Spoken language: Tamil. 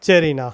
சரிங்ணா